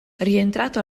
rientrato